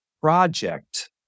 project